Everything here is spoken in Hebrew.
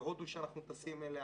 בהודו שאנחנו טסים אליה,